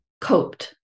coped